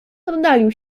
oddalił